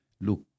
look